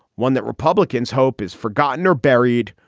one that republicans hope is forgotten or buried,